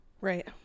Right